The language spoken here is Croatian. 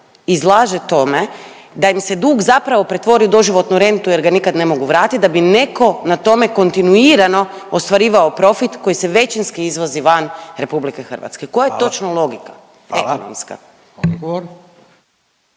izlaže tome da im se dug zapravo pretvori u doživotnu rentu jer ga nikad ne mogu vratit, da bi neko na tome kontinuirano ostvarivao profit koji se većinski izvozi van RH…/Upadica Radin: Hvala./…koja je točno logika ekonomska?